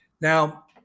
Now